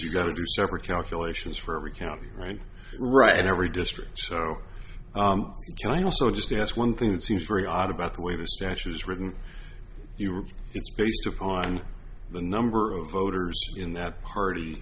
you've got to do separate calculations for every county right right in every district so can i also just ask one thing that seems very odd about the way the statute is written it's based upon the number of voters in that party